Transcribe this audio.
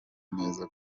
neza